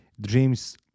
dreams